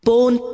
Born